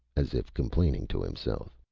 as if complaining to himself.